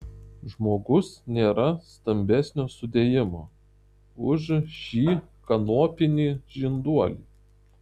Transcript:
žmogus nėra stambesnio sudėjimo už šį kanopinį žinduolį